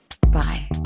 Bye